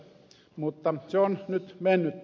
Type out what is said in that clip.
mutta se on nyt mennyttä